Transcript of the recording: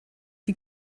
die